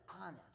honest